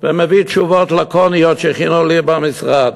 ומביא תשובות לקוניות שהכינו לי במשרד.